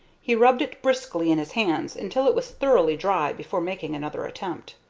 he rubbed it briskly in his hands until it was thoroughly dry before making another attempt.